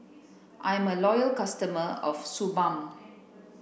I'm a loyal customer of Suu Balm